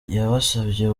yabasabye